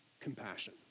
compassion